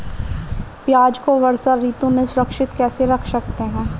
प्याज़ को वर्षा ऋतु में सुरक्षित कैसे रख सकते हैं?